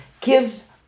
gives